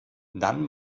dann